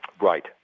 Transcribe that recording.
right